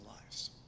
lives